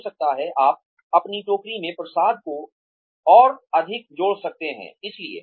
हो सकता है आप अपनी टोकरी में प्रसाद को और अधिक जोड़ सकते हैं इसलिए